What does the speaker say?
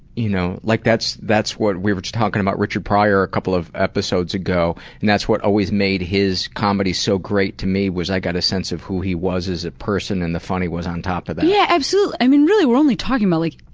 you know, like that's that's what we were just talking about richard pryor a couple of episodes ago and that's what always made his comedy so great to me was i got a sense of who he was as a person and the funny was on top of that. yeah, absolutely, i mean really we're only talking about, like,